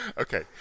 Okay